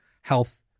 health